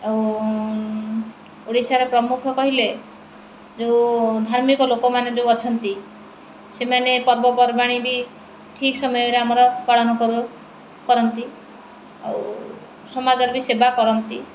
ଆଉ ଓଡ଼ିଶାର ପ୍ରମୁଖ କହିଲେ ଯୋଉ ଧାର୍ମିକ ଲୋକମାନେ ଯୋଉ ଅଛନ୍ତି ସେମାନେ ପର୍ବପର୍ବାଣି ବି ଠିକ୍ ସମୟରେ ଆମର ପାଳନ କର କରନ୍ତି ଆଉ ସମାଜରେ ବି ସେବା କରନ୍ତି